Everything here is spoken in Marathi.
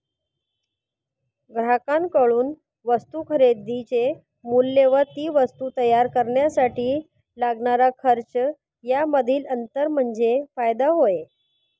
ग्राहकांकडून वस्तू खरेदीचे मूल्य व ती वस्तू तयार करण्यासाठी लागणारा खर्च यामधील अंतर म्हणजे फायदा होय